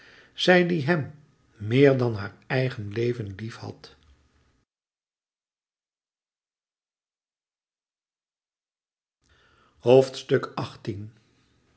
zij die hem meer dan haar eigen leven lief